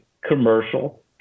commercial